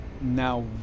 now